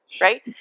Right